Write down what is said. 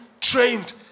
trained